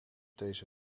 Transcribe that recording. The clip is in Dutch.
deze